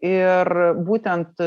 ir būtent